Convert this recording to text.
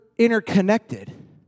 interconnected